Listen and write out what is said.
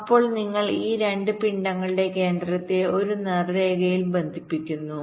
അപ്പോൾ നിങ്ങൾ ഈ 2 പിണ്ഡങ്ങളുടെ കേന്ദ്രത്തെ ഒരു നേർരേഖയിൽ ബന്ധിപ്പിക്കുന്നു